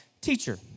teacher